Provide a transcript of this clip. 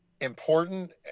important